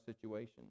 situation